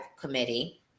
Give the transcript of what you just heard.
committee